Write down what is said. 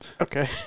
Okay